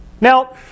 Now